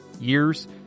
years